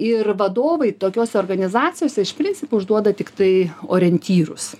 ir vadovai tokiose organizacijose iš principo užduoda tiktai orientyrus